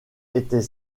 était